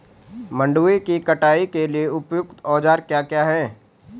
मंडवे की कटाई के लिए उपयुक्त औज़ार क्या क्या हैं?